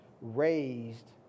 raised